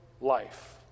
life